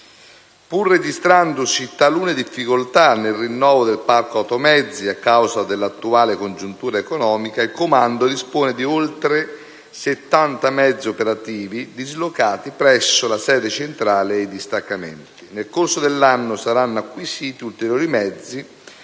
Pur registrandosi talune difficoltà nel rinnovo del parco automezzi a causa dell'attuale congiuntura economica, il comando dispone di oltre 70 mezzi operativi, dislocati presso la sede centrale e i distaccamenti. Nel corso dell'anno saranno acquisiti ulteriori mezzi,